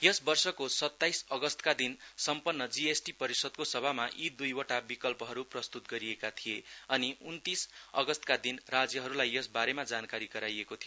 यस वर्षको सत्ताइस अगस्तका दिन सम्मन्न जीएसटी परिषदको सभामा यी दुईवटा विकल्पहरु प्रस्तुत गरिएको थिए अनि उन्तीस अगस्तका दिन राज्यहरुलाई यसबारे जानकारी गराइएको थियो